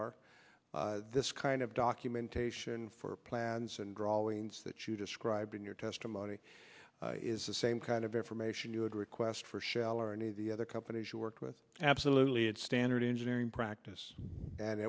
are this kind of documentation for plans and drawings that you describe in your testimony is the same kind of information you would request for shell or any of the other but as you work with absolutely it's standard engineering practice and